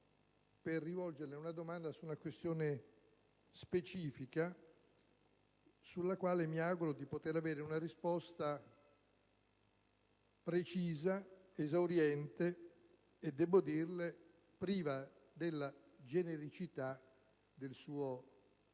Gelmini una domanda su una questione specifica, sulla quale mi auguro di poter avere una risposta precisa, esauriente e priva della genericità del suo